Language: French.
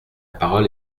parole